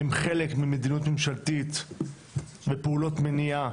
הם חלק ממדיניות ממשלתית ופעולות מניעה